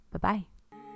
Bye-bye